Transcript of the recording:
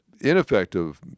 ineffective